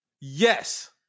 Yes